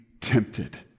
tempted